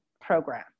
program